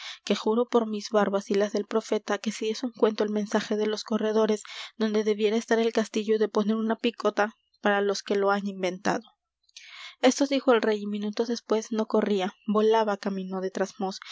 que juro por mis barbas y las del profeta que si es cuento el mensaje de los corredores donde debiera estar el castillo he de poner una picota para los que lo han inventado esto dijo el rey y minutos después no corría volaba camino de